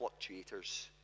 fluctuators